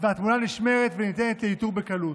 והתמונה נשמרת וניתנת לאיתור בקלות.